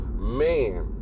man